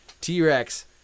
T-Rex